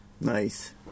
Nice